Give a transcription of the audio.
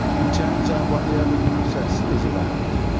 in terms of what the urban process is about.